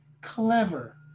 clever